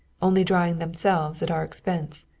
only drying themselves at our expense.